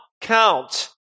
count